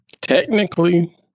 technically